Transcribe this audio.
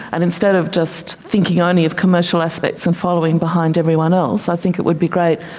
and instead of just thinking only of commercial aspects and following behind everyone else, i think it would be great,